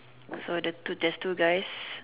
so the there's two guys